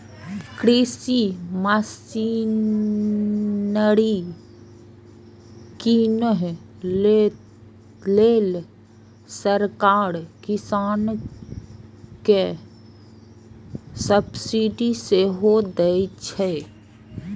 कृषि मशीनरी कीनै लेल सरकार किसान कें सब्सिडी सेहो दैत छैक